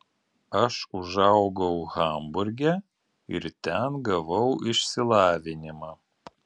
aš užaugau hamburge ir ten gavau išsilavinimą